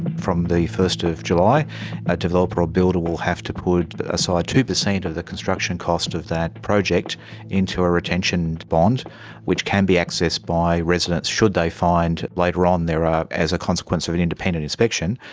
from the first of july a developer or builder will have to put aside ah so two percent of the construction cost of that project into a retention bond which can be accessed by residents should they find later on there are, as a consequence of an independent inspection,